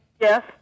Yes